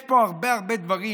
יש פה הרבה הרבה דברים,